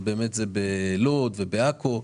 שזה לוד ועכו.